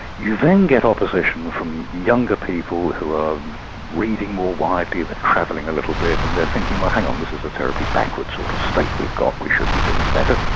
you then get opposition from younger people who are reading more widely, they're travelling a little bit, and they're thinking, well hang on, this is a terribly backward sort of state we've got, we should be doing better.